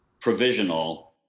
provisional